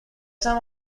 some